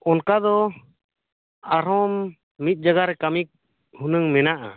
ᱚᱱᱠᱟ ᱫᱚ ᱟᱨᱦᱚᱢ ᱢᱤᱫ ᱡᱟᱭᱜᱟ ᱨᱮ ᱠᱟᱹᱢᱤ ᱦᱩᱱᱟᱹᱝ ᱢᱮᱱᱟᱼᱟ